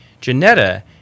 Janetta